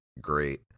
great